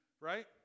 right